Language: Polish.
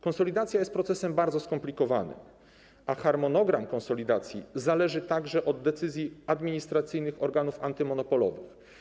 Konsolidacja jest procesem bardzo skomplikowanym, a harmonogram konsolidacji zależy także od decyzji administracyjnych organów antymonopolowych.